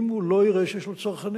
אם הוא לא יראה שיש לו צרכנים.